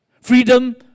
Freedom